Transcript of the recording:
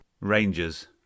Rangers